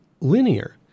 linear